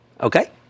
Okay